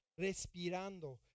respirando